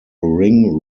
ring